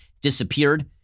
disappeared